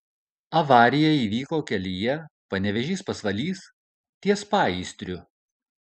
avarija įvyko kelyje panevėžys pasvalys ties paįstriu